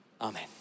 Amen